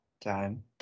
time